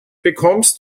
bekommst